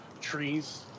trees